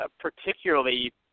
particularly